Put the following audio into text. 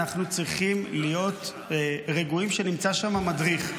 אנחנו צריכים להיות רגועים שנמצא שם מדריך.